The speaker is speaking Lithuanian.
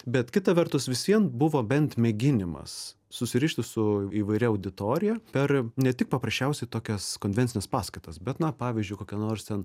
bet kita vertus vis vien buvo bent mėginimas susirišti su įvairia auditorija per ne tik paprasčiausiai tokias konvencijas paskaitas bet na pavyzdžiui kokia nors ten